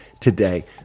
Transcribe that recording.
today